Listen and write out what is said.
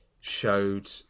showed